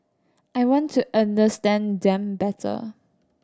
I want to understand them better